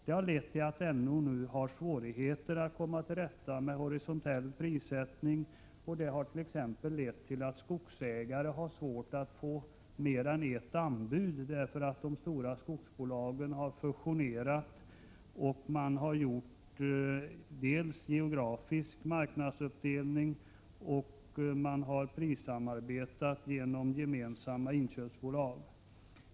Detta harlett till att NO nu har svårigheter att komma till rätta med horisontell prissättning, vilket t.ex. har inneburit att skogsägare har svårt att få mer än ett anbud därför att de stora skogsbolagen har fusionerat och dels gjort en geografisk marknadsuppdelning, dels prissamarbetat genom gemensamma inköpsbolag.